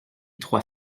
trois